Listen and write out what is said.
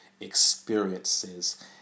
experiences